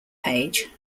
page